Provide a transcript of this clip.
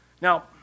Now